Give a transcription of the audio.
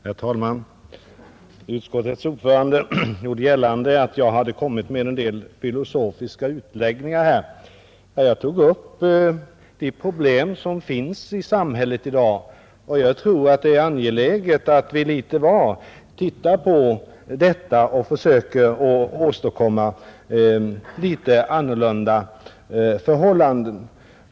Herr talman! Utskottets ordförande gjorde gällande att jag här hade kommit med en del filosofiska utläggningar. Jag tog upp de problem som finns i samhället i dag, och jag tror att det är angeläget att vi litet var ser på dem och försöker åstadkomma litet annorlunda förhållanden.